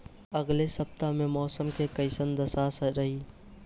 अलगे सपतआह में मौसम के कइसन दशा रही?